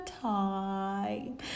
time